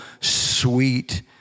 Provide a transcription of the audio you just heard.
sweet